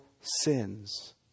sins